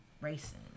Racing